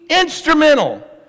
instrumental